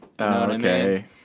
Okay